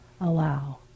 allow